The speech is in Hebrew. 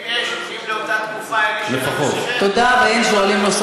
אם לאותה תקופה, אין לי שאלת המשך.